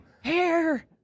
hair